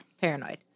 Paranoid